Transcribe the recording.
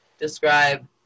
describe